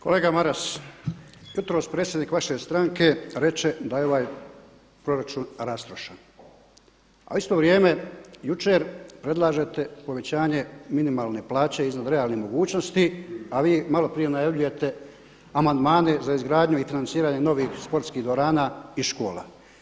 Kolega Maras, jutros predsjednik vaše stranke reče da je ovaj proračun rastrošan a u isto vrijeme jučer predlažete povećanje minimalne plaće iznad realnih mogućnosti a vi malo prije najavljujete amandmane za izgradnju i transiranje novih sportskih dvorana i škola.